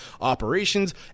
Operations